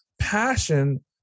passion